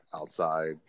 outside